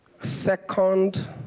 Second